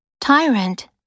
Tyrant